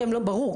ברור,